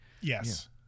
Yes